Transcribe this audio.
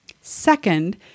Second